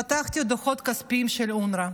פתחתי דוחות כספיים של אונר"א,